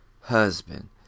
husband